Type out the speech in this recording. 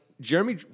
Jeremy